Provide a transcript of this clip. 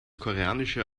koreanische